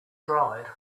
dried